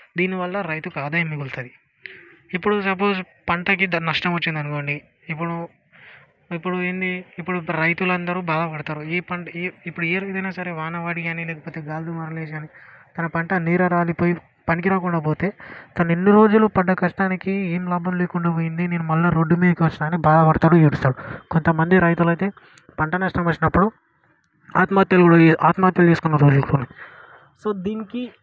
దీనివల్ల రైతుకి ఆదాయం మిగులుతుంది ఇప్పుడు సపోస్ పంటకు ఇంత నష్టం వచ్చింది అనుకోండి ఇప్పుడు ఇప్పుడు ఏంది ఇప్పుడు రైతులు అందరూ బాధపడతారు ఏ పంట ఏ ఇప్పుడు ఏ రైతు అయినా సరే వాన పడి కానీ లేకపోతే గాలి దుమారాలు లేచి కానీ మన పంట నేల రాలిపోయి పనికి రాకుండా పోతే తను ఇన్ని రోజులు పడ్డ కష్టానికి ఏం లాభం లేకుండా పోయింది నేను మళ్ళీ రోడ్డు మీదికొస్తా అని బాధపడతారు ఏడుస్తాడు కొంత మంది రైతులు అయితే పంట నష్టం వచ్చినప్పుడు ఆత్మహత్యలు కూడా ఆత్మహత్యలు చేసుకున్న రోజులు కూడా సో దీనికి